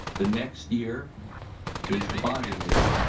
the next year is the bonding year.